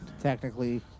technically